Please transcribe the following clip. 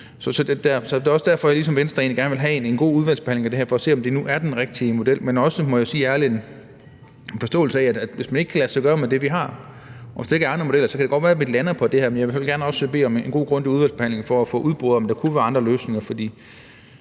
Så det er også derfor, at jeg ligesom Venstre egentlig gerne vil have en god udvalgsbehandling af det her for at se, om det nu er den rigtige model. Men der er også, må jeg sige, en forståelse for, at hvis det ikke kan lade sig gøre med det, vi har, og hvis der ikke er andre modeller, så kan det godt være, at vi lander på det her. Men jeg vil også gerne have en god, grundig udvalgsbehandling for at få udboret, om der kunne være andre løsninger, for